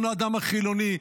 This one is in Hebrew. גם לאדם החילוני,